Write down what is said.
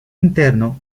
interno